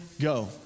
go